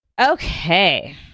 Okay